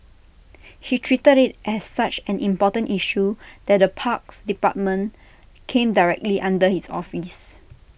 he treated IT as such an important issue that the parks department came directly under his office